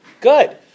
good